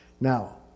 Now